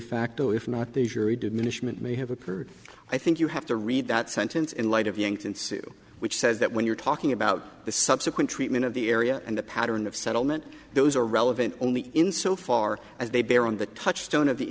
facto if not the jury diminishment may have occurred i think you have to read that sentence in light of yankton sue which says that when you're talking about the subsequent treatment of the area and the pattern of settlement those are relevant only in so far as they bear on the touchstone of the